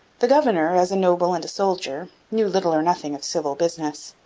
the governor, as a noble and a soldier, knew little or nothing of civil business.